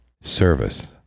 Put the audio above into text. service